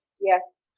Yes